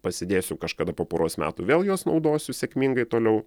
pasidėsiu kažkada po poros metų vėl juos naudosiu sėkmingai toliau